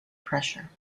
pressure